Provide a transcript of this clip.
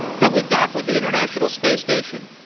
then we'd dock with the international space station.